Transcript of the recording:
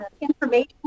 information